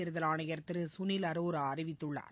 தேர்தல் ஆணையர் திரு சுனில் அரோரா அறிவித்துள்ளார்